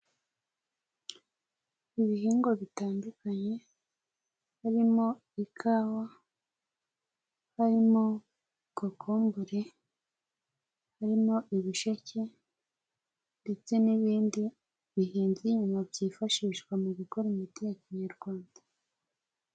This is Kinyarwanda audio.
Ibihingwa bitandukanye, harimo ikawa, harimo kokombure, harimo ibisheke, ndetse n'ibindi bihinze inyuma byifashishwa mu gukora imiti ya kinyarwanda.